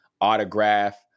Autograph